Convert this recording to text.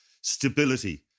stability